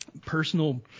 personal